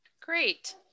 Great